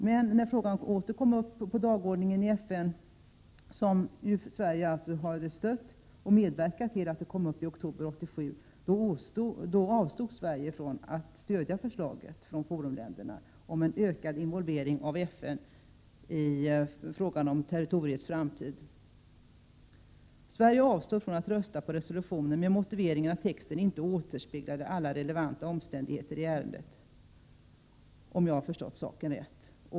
Men när frågan åter kom upp på dagordningen i FN i oktober 1987 — Sverige har stött och medverkat till att den kom upp — avstod Sverige från att stödja förslaget från FORUM länderna om en ökad involvering av FN i frågan om territoriets framtid. Sverige avstod från att rösta på resolutionen med motiveringen att texten inte återspeglade alla relevanta omständigheter i ärendet, om jag har förstått saken rätt.